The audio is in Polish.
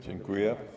Dziękuję.